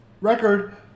record